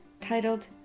titled